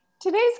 Today's